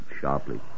sharply